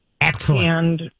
Excellent